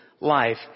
life